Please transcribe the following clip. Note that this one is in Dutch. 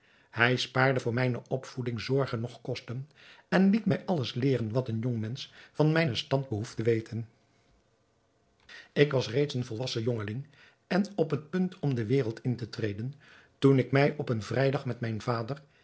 hij spaarde voor mijne opvoeding zorgen noch kosten en liet mij alles leeren wat een jongmensch van mijnen stand behoeft te weten ik was reeds een volwassen jongeling en op het punt om de wereld in te treden toen ik mij op een vrijdag met mijn vader